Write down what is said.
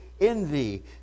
envy